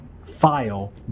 file